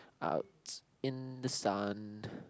out in the sun